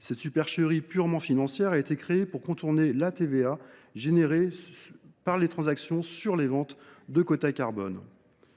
Cette supercherie purement financière a été créée pour contourner la TVA générée par les transactions sur les ventes de quotas carbone.